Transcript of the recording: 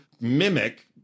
mimic